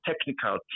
technical